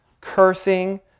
cursing